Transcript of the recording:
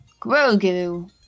Grogu